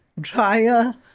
dryer